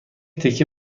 تکه